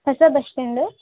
ಹೊಸ bus stand